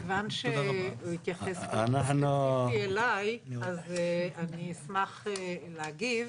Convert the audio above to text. כיוון שהוא התייחס ספציפית אליי אז אני אשמח להגיב.